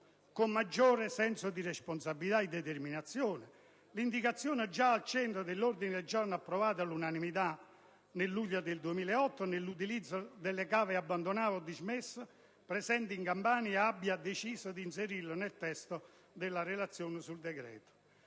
con maggiore senso di responsabilità e determinazione l'indicazione, già al centro dell'ordine del giorno approvato all'unanimità dal Senato il 9 luglio 2008, ad utilizzare le cave abbandonate o dismesse presenti in Campania e abbia deciso di inserirla nel testo della relazione al decreto-legge